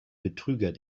betrüger